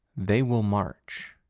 they will march.